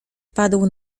padł